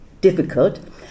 difficult